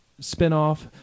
spinoff